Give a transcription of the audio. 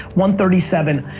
one thirty seven,